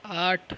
آٹھ